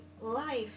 life